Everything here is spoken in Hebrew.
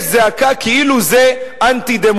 יש זעקה כאילו זה אנטי-דמוקרטי.